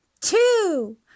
two